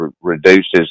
reduces